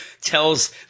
tells